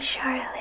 Charlotte